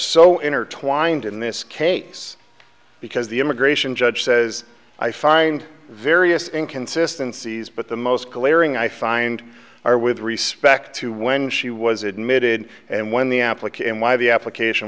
so intertwined in this case because the immigration judge says i find various inconsistency but the most glaring i find are with respect to when she was admitted and when the application why the application